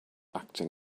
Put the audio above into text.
acting